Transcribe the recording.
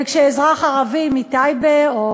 וכשאזרח ערבי מטייבה או,